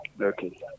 okay